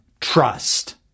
trust